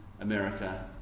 America